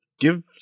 Give